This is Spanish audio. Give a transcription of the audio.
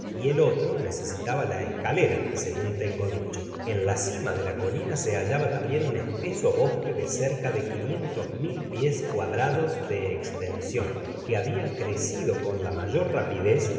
y el otro necesitaba la escalera segun tengo dicho en la cima de la colina se hallaba tambien un espeso bosque de cerca de quinientos mil pies cuadrados de estension que habia crecido con la mayor rapidez